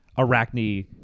Arachne